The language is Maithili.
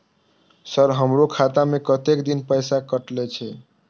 सर हमारो खाता में कतेक दिन पैसा कटल छे?